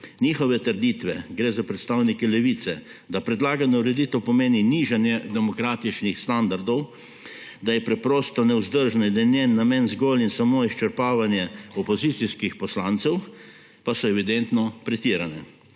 Njihove trditve – gre za predstavnike Levice –, da predlagana ureditev pomeni nižanje demokratičnih standardov, da je preprosto nevzdržna in je njen namen zgolj in samo izčrpavanje opozicijskih poslancev, pa so evidentno pretirane.